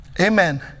Amen